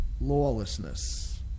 lawlessness